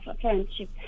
friendship